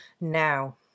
Now